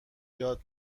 یاد